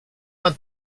had